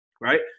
right